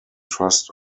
trust